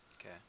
Okay